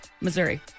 Missouri